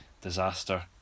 disaster